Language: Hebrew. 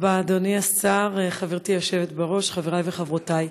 אדוני השר, חברתי היושבת בראש, חברי וחברותי,